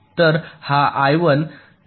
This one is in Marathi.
तर हा आय 1 निकाल टी 2 वर जाईल